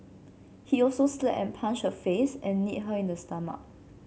he also slapped and punched her face and kneed her in the stomach